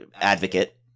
advocate